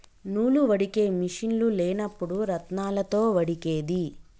నూలు వడికే మిషిన్లు లేనప్పుడు రాత్నాలతో వడికేది